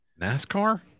NASCAR